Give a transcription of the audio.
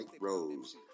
Rose